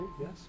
Yes